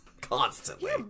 constantly